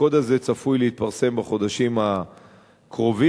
הקוד הזה צפוי להתפרסם בחודשים הקרובים.